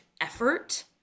effort